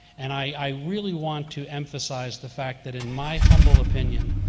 and i really want to emphasize the fact that, in my humble opinion,